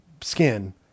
skin